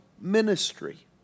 ministry